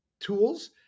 tools